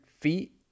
feet